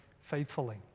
faithfully